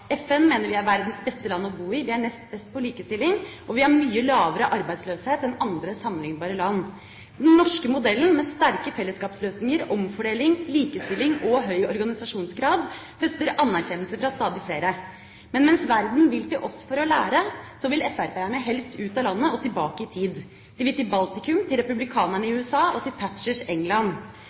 FN mener Norge er verdens beste land å bo i, vi er nest best på likestilling, og vi har mye lavere arbeidsløshet enn andre sammenliknbare land. Den norske modellen med sterke fellesskapsløsninger, omfordeling, likestilling og høy organisasjonsgrad høster anerkjennelse fra stadig flere. Men mens verden vil til oss for å lære, vil FrP-erne helst ut av landet og tilbake i tid. De vil til Baltikum, til republikanerne i USA og til